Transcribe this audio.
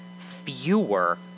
fewer